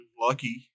Lucky